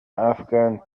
afghan